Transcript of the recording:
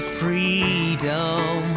freedom